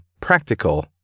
practical